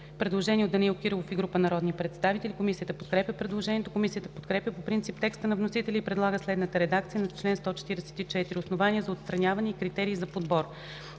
представител Данаил Кирилов и група народни представители. Комисията подкрепя предложението. Комисията подкрепя по принцип текста на вносителя и предлага следната редакция на чл. 144: „Основания за отстраняване и критерии за подбор